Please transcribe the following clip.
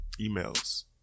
emails